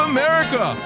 America